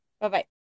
Bye-bye